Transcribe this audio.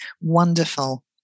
wonderful